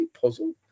puzzle